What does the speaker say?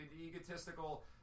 egotistical